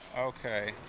Okay